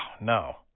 no